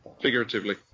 Figuratively